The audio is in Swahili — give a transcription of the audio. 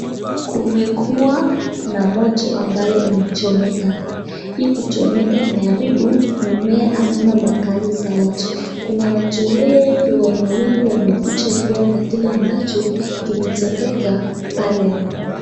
Kumekuwa na moto ambayo umechomeka. Hii kuchomeka imeharibu mimmea ama makali za watu. Kuna watu wengi wa aina wengi wamekuja kuona kile ambacho kimetendeka pale.